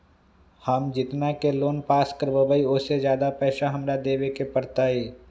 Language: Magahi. हम जितना के लोन पास कर बाबई ओ से ज्यादा पैसा हमरा देवे के पड़तई?